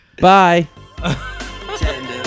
Bye